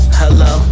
hello